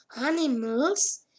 animals